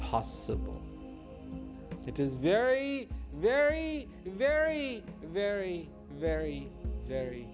possible it is very very very very very very